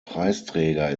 preisträger